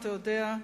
אתה יודע,